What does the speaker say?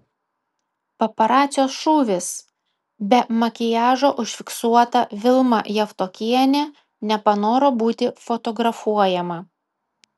paparacio šūvis be makiažo užfiksuota vilma javtokienė nepanoro būti fotografuojama